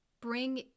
bring